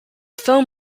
film